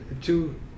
two